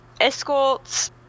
escorts